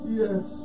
yes